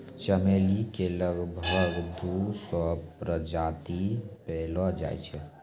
चमेली के लगभग दू सौ प्रजाति पैएलो जाय छै